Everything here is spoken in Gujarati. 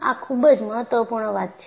આ ખૂબ જ મહત્વપૂર્ણ વાત છે